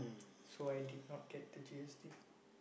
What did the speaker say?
so I did not get the G_S_T